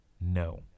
No